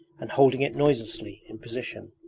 and holding it noiselessly in position.